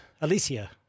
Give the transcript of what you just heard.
Alicia